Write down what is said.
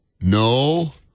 no